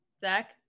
Zach